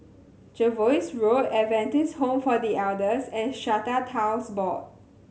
Jervois Road Adventist Home for The Elders and Strata Titles Board